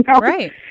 Right